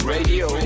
Radio